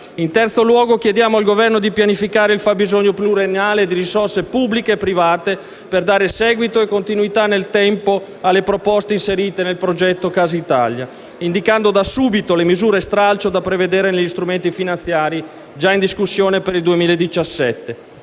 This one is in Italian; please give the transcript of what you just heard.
In terzo luogo, chiediamo al Governo di pianificare il fabbisogno pluriennale di risorse pubbliche e private, per dare seguito e continuità nel tempo alle proposte inserite nel progetto Casa Italia, indicando da subito le misure stralcio da prevedere negli strumenti finanziari già in discussione per il 2017.